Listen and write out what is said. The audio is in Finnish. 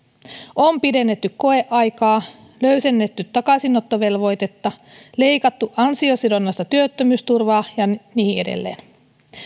on pidennetty koeaikaa löysennetty takaisinottovelvoitetta leikattu ansiosidonnaista työttömyysturvaa ja niin edelleen